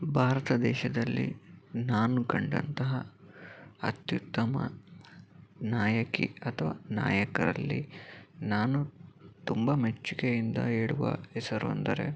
ಈ ಬಾರತ ದೇಶದಲ್ಲಿ ನಾನು ಕಂಡಂತಹ ಅತ್ಯುತ್ತಮ ನಾಯಕಿ ಅಥವಾ ನಾಯಕರಲ್ಲಿ ನಾನು ತುಂಬ ಮೆಚ್ಚುಗೆಯಿಂದ ಹೇಳುವ ಹೆಸರು ಅಂದರೆ